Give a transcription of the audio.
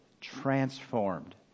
transformed